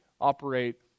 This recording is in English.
operate